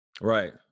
Right